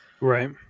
Right